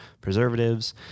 preservatives